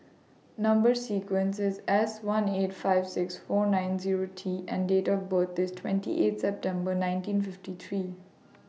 Number sequence IS S one eight five six four nine Zero T and Date of birth IS twenty eight September nineteen fifty three